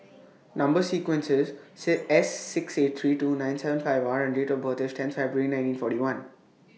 Number sequence IS six S six eight three two nine seven five R and Date of birth IS tenth February nineteen forty one